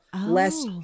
less